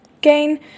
gain